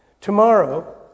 Tomorrow